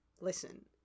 listen